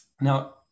Now